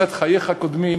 מצד חייך קודמים,